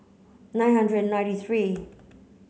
nine hundred and ninety three